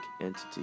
entity